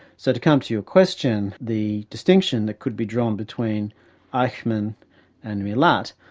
so to come to your question, the distinction that could be drawn between eichmann and milat,